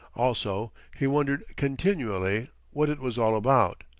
also, he wondered continually what it was all about.